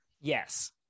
Yes